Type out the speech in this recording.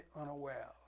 unaware